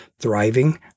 Thriving